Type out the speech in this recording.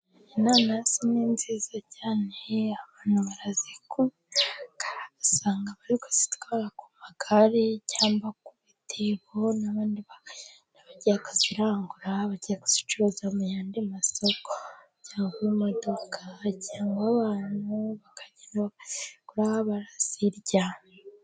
Inanasi ni nziza cyane abantu barazikunda usanga bari kuzitwara ku magare cyangwa ku bitebo, nabandi bagiye akazirangura bajya kuzicuruza mu yandi masoko cyangwa amaduka cyangwa abana bakajya bazirya.